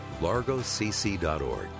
largocc.org